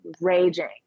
raging